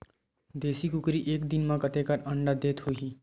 देशी कुकरी एक बार म कतेकन अंडा देत होही?